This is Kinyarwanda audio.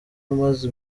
umaze